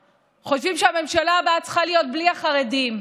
חושבים שהממשלה הבאה צריכה להיות בלי החרדים.